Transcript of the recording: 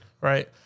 Right